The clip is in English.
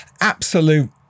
absolute